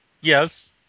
Yes